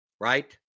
right